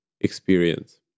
experience